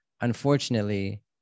unfortunately